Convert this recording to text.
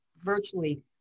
virtually